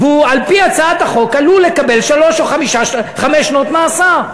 והוא על-פי הצעת החוק עלול לקבל שלוש עד חמש שנות מאסר.